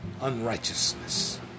unrighteousness